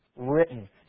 written